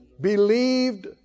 Believed